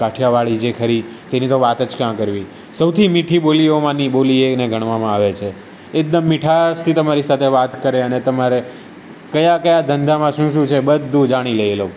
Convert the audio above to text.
કાઠિયાવાડી જે ખરી તેની તો વાત જ ક્યાં કરવી સૌથી મીઠી બોલીઓમાંની બોલી એને ગણવામાં આવે છે એકદમ મીઠાશથી તમારી સાથે વાત કરે અને તમારે કયા કયા ધંધામાં શું શું છે બધું જાણી લે એ લોકો